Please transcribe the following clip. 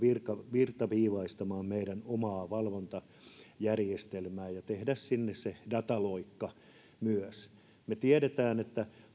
virtaviivaistamaan meidän omaa valvontajärjestelmäämme ja tehdä myös sinne se dataloikka me tiedämme että